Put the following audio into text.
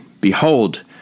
Behold